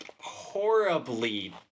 horribly